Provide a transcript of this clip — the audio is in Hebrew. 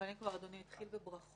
אם כבר אדוני התחיל בברכות,